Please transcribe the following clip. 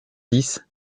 dix